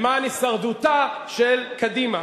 למען הישרדותה של קדימה.